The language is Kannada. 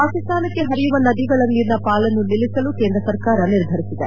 ಪಾಕಿಸ್ತಾನಕ್ಕೆ ಹರಿಯುವ ನದಿಗಳ ನೀರಿನ ಪಾಲನ್ನು ನಿಲ್ಲಿಸಲು ಕೇಂದ್ರ ಸರ್ಕಾರ ನಿರ್ಧರಿಸಿದೆ